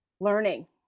learning